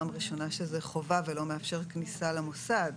ראשונה שזאת חובה ולא מאפשר כניסה למוסד,